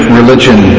religion